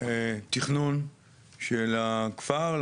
תכנון של הכפר,